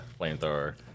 flamethrower